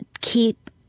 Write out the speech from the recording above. keep